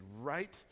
right